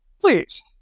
please